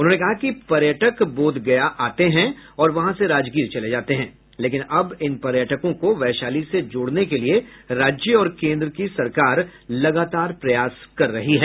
उन्होंने कहा कि पर्यटक बोध गया आते हैं और वहां से राजगीर चले जाते हैं लेकिन अब इन पर्यटकों को वैशाली से जोड़ने के लिए राज्य और केन्द्र की सरकार प्रयास कर रही है